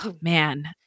man